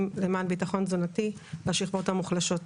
למען ביטחון תזונתי לשכבות המוחלשות.